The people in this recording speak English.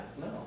No